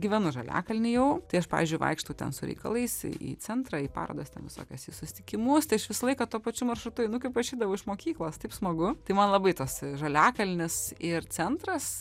gyvenu žaliakalny jau tai aš pavyzdžiui vaikštau ten su reikalais į į centrą į parodas ten visokias į susitikimus tai aš visą laiką tuo pačiu maršrutu einu kaip aš eidavau iš mokyklos taip smagu tai man labai tas žaliakalnis ir centras